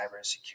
cybersecurity